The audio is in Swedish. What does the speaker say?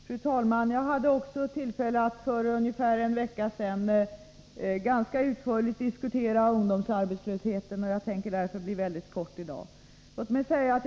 Fru talman! Jag hade för en vecka sedan tillfälle att ganska utförligt diskutera ungdomsarbetslösheten. Jag tänker därför i dag fatta mig mycket kort.